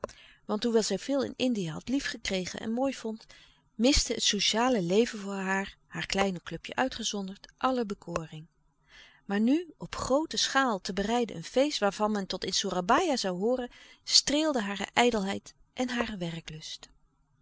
want hoewel zij veel in indië had liefgekregen en mooi vond miste het sociale leven voor haar haar kleine clubje uitgezonderd alle bekoring maar nu op groote schaal te bereiden een feest waarvan men tot in soerabaia zoû hooren streelde hare ijdelheid en hare werklust